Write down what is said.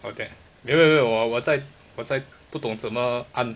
orh that 没有没有没有我我在我在不懂怎么按